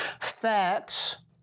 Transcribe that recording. Facts